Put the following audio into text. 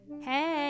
Hey